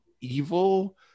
evil